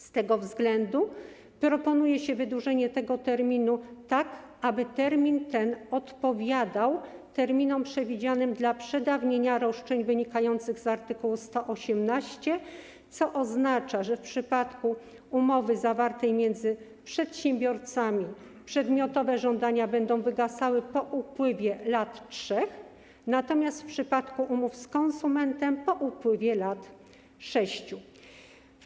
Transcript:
Z tego względu proponuje się wydłużenie tego terminu, tak aby termin ten odpowiadał terminom przewidzianym dla przedawnienia roszczeń wynikających z art. 118, co oznacza, że w przypadku umowy zawartej między przedsiębiorcami przedmiotowe żądania będą wygasały po upływie 3 lat, natomiast w przypadku umów z konsumentem - po upływie 6 lat.